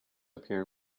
appear